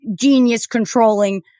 genius-controlling